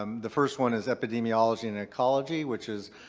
the first one is epidemiology and ecology which has